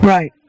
Right